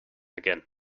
again